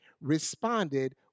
responded